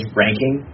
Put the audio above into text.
ranking